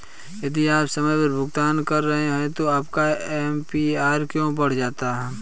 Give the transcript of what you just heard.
यदि आप समय पर भुगतान कर रहे हैं तो आपका ए.पी.आर क्यों बढ़ जाता है?